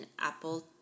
Apple